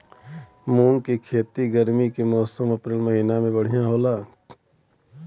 मुंग के खेती गर्मी के मौसम अप्रैल महीना में बढ़ियां होला?